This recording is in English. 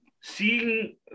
seeing